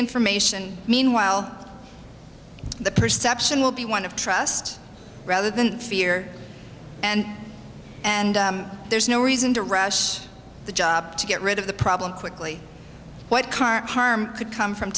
information meanwhile the perception will be one of trust rather than fear and and there's no reason to rush the job to get rid of the problem quickly what car harm could come from